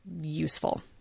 useful